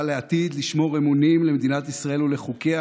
לעתיד לשמור אמונים למדינת ישראל ולחוקיה,